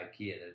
Ikea